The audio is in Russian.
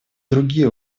другие